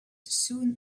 soon